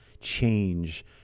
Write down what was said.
change